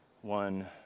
one